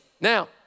Now